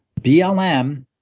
BLM